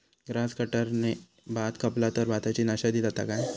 Grass कटराने भात कपला तर भाताची नाशादी जाता काय?